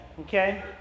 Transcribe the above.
okay